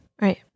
Right